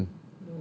dah habis kan